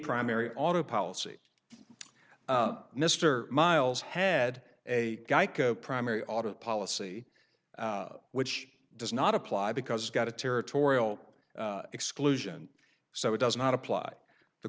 primary auto policy mr miles had a guy co primary audit policy which does not apply because it's got a territorial exclusion so it does not apply the